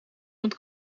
met